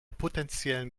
potenziellen